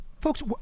folks